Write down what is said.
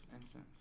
instance